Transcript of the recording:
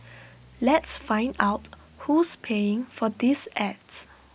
let's find out who's paying for these ads